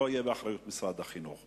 לא יהיה באחריות משרד החינוך.